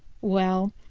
well,